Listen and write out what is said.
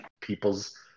people's